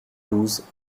douze